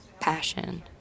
passion